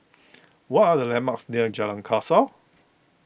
what are the landmarks near Jalan Kasau